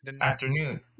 afternoon